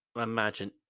imagine